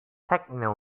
techno